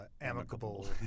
amicable